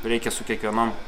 reikia su kiekvienom